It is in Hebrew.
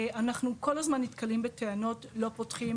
אנחנו כל הזמן נתקלים בטענות 'לא פותחים,